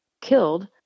killed